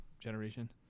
generation